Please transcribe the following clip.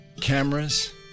cameras